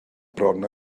bron